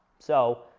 so,